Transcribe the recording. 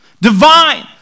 divine